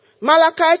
Malachi